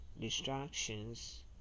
distractions